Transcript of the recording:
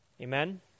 amen